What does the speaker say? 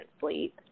sleep